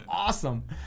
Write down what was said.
awesome